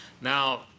now